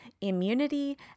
immunity